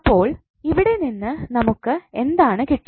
അപ്പോൾ ഇവിടെ നിന്ന് നമുക്ക് എന്താണ് കിട്ടുക